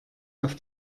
auf